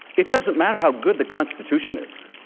it doesn't matter how good the constitution is.